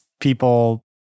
people